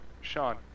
Sean